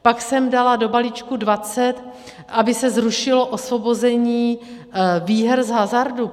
Pak jsem dala do balíčku dvacet , aby se zrušilo osvobození výher z hazardu.